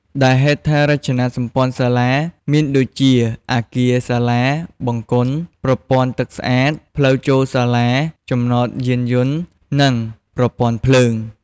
ដែលហេដ្ឋារចនាសម្ព័ន្ធសាលា មានដូចជា អាគារសាលា បង្គន់ ប្រព័ន្ធទឹកស្អាត ផ្លូវចូលសាលា ចំណតយានយន្ត និង ប្រព័ន្ធភ្លើង។